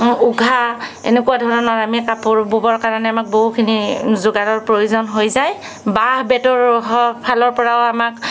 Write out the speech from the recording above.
উঘা এনেকুৱা ধৰণৰ আমি কাপোৰ ব'বৰ কাৰণে আমাক বহুখিনি যোগাৰৰ প্ৰয়োজন হৈ যায় বাঁহ বেতৰ হওক শালৰ পৰা আমাক